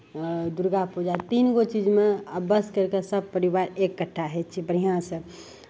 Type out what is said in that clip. दुर्गा पूजा तीन गो चीजमे अवश्य करि कऽ सभ परिबवार एकट्ठा होइ छै बढ़िआँसँ